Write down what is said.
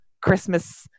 Christmas